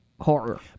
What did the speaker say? horror